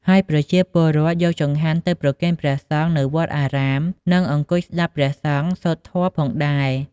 ហើយប្រជាពលរដ្ឋយកចង្ហាន់ទៅប្រគេនព្រះសង្ឃនៅវត្តអារាម និងអង្គុយស្តាប់ព្រះសង្ឃសូត្រធម៌ផងដែរ។